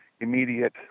immediate